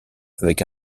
avec